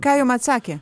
ką jum atsakė